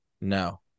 No